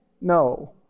No